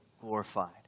glorified